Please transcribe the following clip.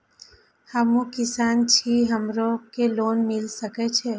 हमू किसान छी हमरो के लोन मिल सके छे?